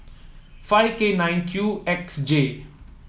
five K nine Q X J